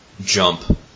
jump